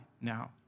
now